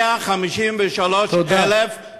153,000, תודה.